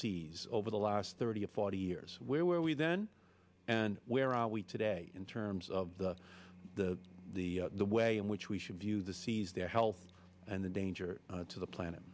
seas over the last thirty or forty years where were we then and where are we today in terms of the the way in which we should view the seas their health and the danger to the planet